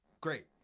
great